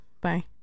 Bye